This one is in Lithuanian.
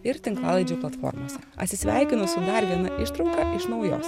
ir tinklalaidžių platformose asisveikinu su dar viena ištrauka iš naujos